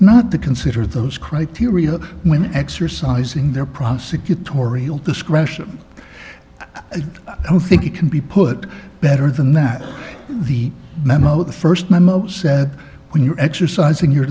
not to consider those criteria when exercising their prosecutorial discretion i don't think he can be put better than that the memo the first my most said when you're exercising your